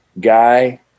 guy